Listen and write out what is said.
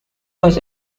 was